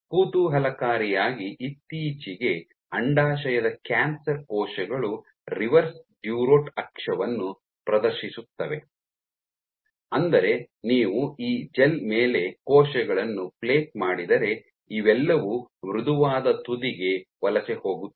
ಕುತೂಹಲಕಾರಿಯಾಗಿ ಇತ್ತೀಚೆಗೆ ಅಂಡಾಶಯದ ಕ್ಯಾನ್ಸರ್ ಕೋಶಗಳು ರಿವರ್ಸ್ ಡ್ಯುರೊಟ್ ಅಕ್ಷವನ್ನು ಪ್ರದರ್ಶಿಸುತ್ತವೆ ಅಂದರೆ ನೀವು ಈ ಜೆಲ್ ಮೇಲೆ ಕೋಶಗಳನ್ನು ಪ್ಲೇಟ್ ಮಾಡಿದರೆ ಇವೆಲ್ಲವೂ ಮೃದುವಾದ ತುದಿಗೆ ವಲಸೆ ಹೋಗುತ್ತವೆ